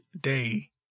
day